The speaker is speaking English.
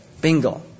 Bingo